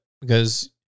because-